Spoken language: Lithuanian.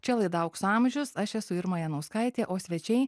čia laida aukso amžius aš esu irma janauskaitė o svečiai